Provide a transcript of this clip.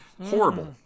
Horrible